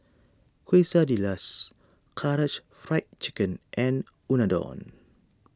Quesadillas Karaage Fried Chicken and Unadon